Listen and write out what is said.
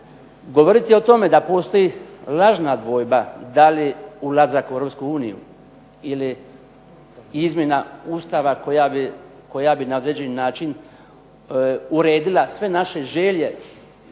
Govoriti o tome da postoji lažna dvojba da li ulazak u Europsku uniju ili izmjena Ustava koja bi na određeni način uredila sve naše želje